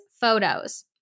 photos